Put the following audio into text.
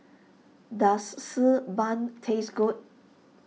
does Xi Ban taste good